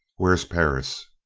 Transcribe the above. where's perris?